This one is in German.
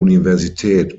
universität